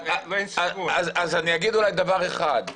אז אני אגיד אולי דבר אחד,